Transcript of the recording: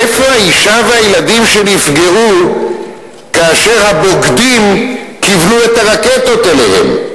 איפה האשה והילדים שנפגעו כאשר הבוגדים כיוונו את הרקטות אליהם,